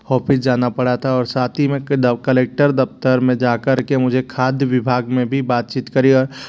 office जाना पड़ा था और साथ ही में द कलेक्टर दफ़्तर में जाकर के मुझे खाद्य विभाग में भी बातचीत करी और